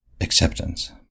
acceptance